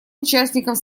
участником